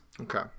Okay